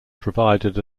provided